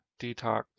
Detox